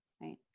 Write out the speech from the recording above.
right